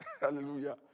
Hallelujah